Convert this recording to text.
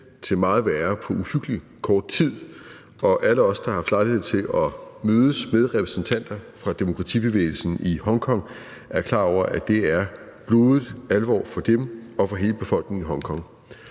til meget værre på uhyggelig kort tid. Alle os, der har haft lejlighed til at mødes med repræsentanter for demokratibevægelsen i Hongkong, er klar over, at det er blodig alvor for dem og for hele befolkningen i Hongkong.